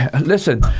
Listen